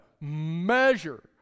measure